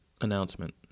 Announcement